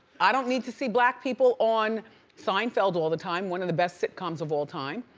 i don't need to see black people on seinfeld all the time, one of the best sitcoms of all time.